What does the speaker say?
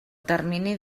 termini